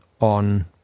on